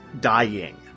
dying